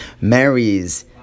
marries